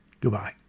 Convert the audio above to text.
goodbye